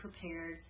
prepared